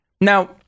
Now